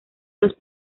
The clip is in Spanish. los